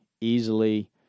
easily